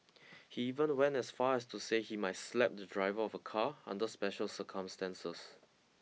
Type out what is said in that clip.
he even went as far as to say he might slap the driver of a car under special circumstances